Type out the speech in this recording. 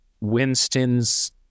Winston's